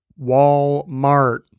walmart